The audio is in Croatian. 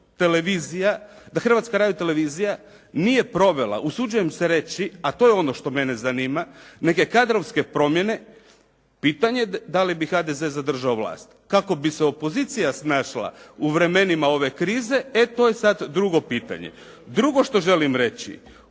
Da Hrvatska radio-televizija nije provela usuđujem se reći, a to je ono što mene zanima, neke kadrovske promjene pitanje da li bi HDZ zadržao vlast. Kako bi se opozicija snašla u vremenima ove krize, to je sad drugo pitanje. Drugo što želim reći